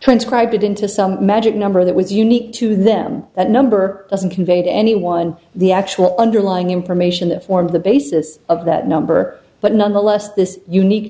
transcribe it into some magic number that was unique to them that number doesn't convey to anyone the actual underlying information that form the basis of that number but nonetheless this unique